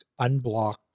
unblock